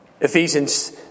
Ephesians